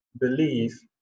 believe